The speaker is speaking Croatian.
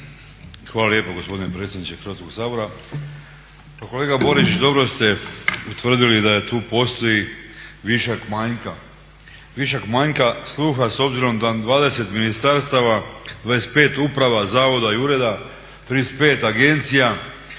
Hvala lijepo gospodine predsjedniče Hrvatskog sabora. Pa kolega Borić, dobro ste utvrdili da tu postoji višak manjka sluha s obzirom da 20 ministarstava, 25 uprava, zavoda i ureda, 35 agencija